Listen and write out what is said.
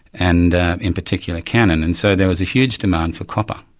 and in particular, cannon. and so there was a huge demand for copper,